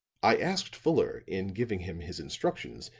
i asked fuller, in giving him his instructions,